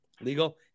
Legal